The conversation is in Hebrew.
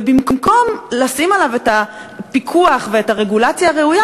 ובמקום לשים עליו את הפיקוח ואת הרגולציה הראויה,